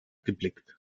geblickt